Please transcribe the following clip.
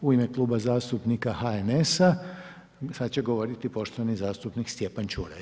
U ime Kluba zastupnika HNS-a, sada će govoriti poštovani zastupnik Stjepan Čuraj.